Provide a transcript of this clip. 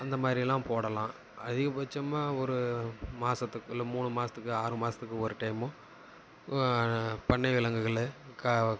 அந்த மாதிரில்லாம் போடலாம் அதிகபட்சமாக ஒரு மாசத்துக்குள்ளே மூணு மாசத்துக்கு ஆறு மாசத்துக்கு ஒரு டைமு பண்ணை விலங்குகளை கா